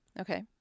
Okay